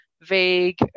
vague